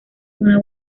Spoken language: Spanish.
una